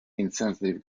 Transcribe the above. insensitive